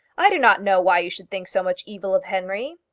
i do not know why you should think so much evil of henry.